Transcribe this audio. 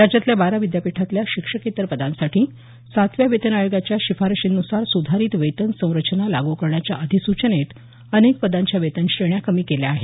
राज्यातल्या बारा विद्यापीठांतल्या शिक्षकेत्तर पदांसाठी सातव्या वेतन आयोगाच्या शिफारशींन्सार सुधारित वेतन संरचना लागू करण्याच्या अधिसूचनेत अनेक पदांच्या वेतनश्रेण्या कमी केल्या आहेत